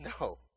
no